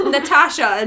Natasha